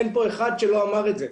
אין פה אחד שלא אמר את זה,